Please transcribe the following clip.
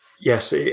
yes